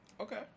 Okay